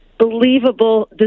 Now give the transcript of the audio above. believable